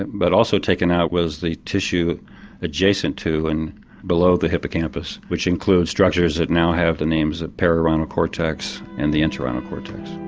but also taken out was the tissue adjacent to and below the hippocampus which includes structures that now have the names of perirhinal cortex and the entorhinal cortex.